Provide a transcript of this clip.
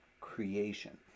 creation